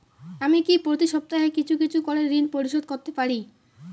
আমি কি প্রতি সপ্তাহে কিছু কিছু করে ঋন পরিশোধ করতে পারি?